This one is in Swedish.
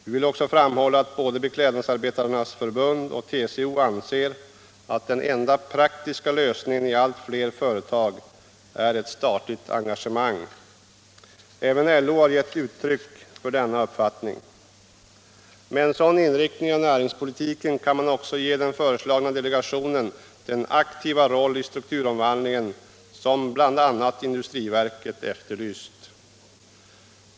Vi vill också framhålla att både Beklädnadsarbetarnas förbund och TCO anser att den enda praktiska lösningen i allt fler företag är ett statligt engagemang. Även LO har gett uttryck för denna uppfattning. Med en sådan inriktning av näringspolitiken kan man också ge den föreslagna delegationen den aktiva roll i strukturomvandlingen som bl.a. industriverket efterlyst.